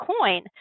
coin